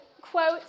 quote